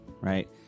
right